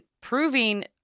proving